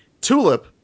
Tulip